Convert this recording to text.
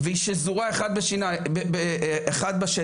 זה דבר אדיר, אבל זה לא הספורט הישראלי.